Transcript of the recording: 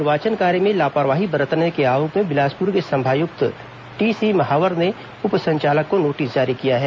निर्वाचन कार्य में लापरवाही बरतने के आरोप में बिलासपुर के संभागायुक्त टीसी महावर ने उप संचालक को नोटिस जारी किया है